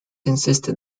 insisted